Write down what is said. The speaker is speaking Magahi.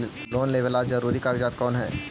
लोन लेब ला जरूरी कागजात कोन है?